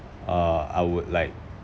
uh I would like